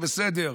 זה בסדר,